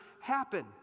happen